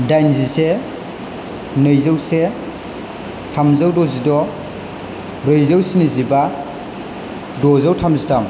दाइनजिसे नैजौ से थामजौ द'जिद' ब्रैजौ स्निजिबा द'जौ थामजिथाम